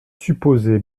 supposé